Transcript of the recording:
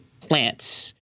plants